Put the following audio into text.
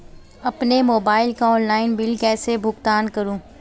अपने मोबाइल का online bill कैसे भुगतान करूं?